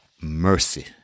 mercy